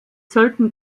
sollten